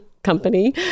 company